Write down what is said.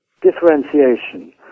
differentiation